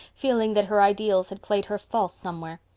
feeling that her ideals had played her false somewhere.